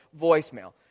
voicemail